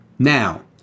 Now